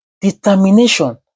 determination